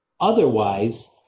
Otherwise